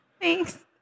Thanks